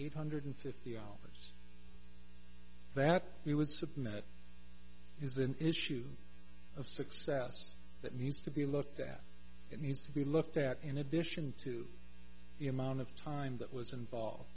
eight hundred fifty dollars that we would submit is an issue of success that needs to be looked at it needs to be looked at in addition to the amount of time that was involved